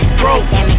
broke